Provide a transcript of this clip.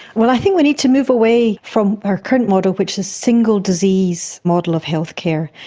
well, i think we need to move away from our current model which is single disease model of healthcare,